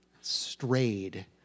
strayed